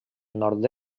nord